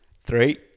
three